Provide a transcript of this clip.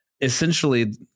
essentially